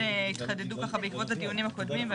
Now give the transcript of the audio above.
שהתחדדו בעקבות הדיונים הקודמים.